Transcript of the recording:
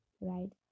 right